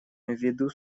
ввиду